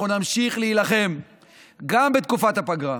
אנחנו נמשיך להילחם גם בתקופת הפגרה,